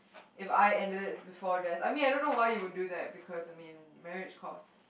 If I ended it before this I mean I don't know why you would do that because I mean marriage costs